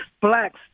blacks